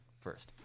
first